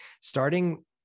starting